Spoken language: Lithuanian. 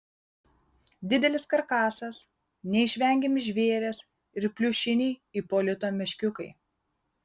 didelis karkasas neišvengiami žvėrys ir pliušiniai ipolito meškiukai